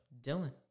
Dylan